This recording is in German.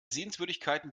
sehenswürdigkeiten